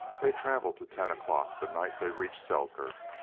they travelled till ten o'clock the night they reached selkirk,